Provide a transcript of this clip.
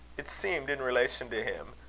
it seemed, in relation to him,